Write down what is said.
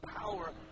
power